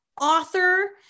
author